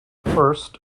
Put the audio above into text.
first